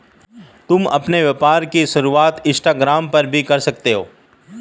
तुम अपने व्यापार की शुरुआत इंस्टाग्राम पर भी कर सकती हो